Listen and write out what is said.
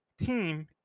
team